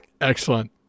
Excellent